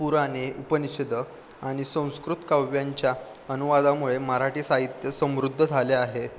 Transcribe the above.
पुराणे उपनिषदं आणि संस्कृत काव्यांच्या अनुवादामुळे मराठी साहित्य समृद्ध झाले आहे